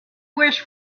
wish